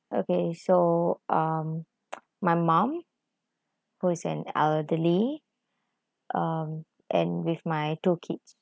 okay so um my mom who is an elderly um and with my two kids